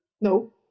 No